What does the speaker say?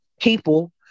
people